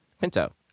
Pinto